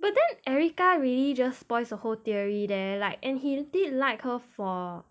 but then erica really just spoils the whole theory there and he did like her for